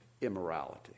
immorality